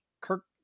Kirk